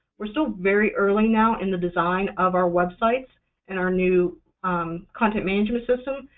we're still very early now in the design of our websites and our new um content management systems,